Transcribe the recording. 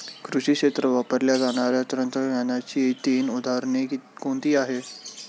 कृषी क्षेत्रात वापरल्या जाणाऱ्या तंत्रज्ञानाची तीन उदाहरणे कोणती आहेत?